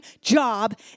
job